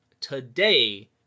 today